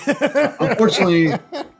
Unfortunately